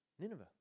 Nineveh